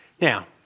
now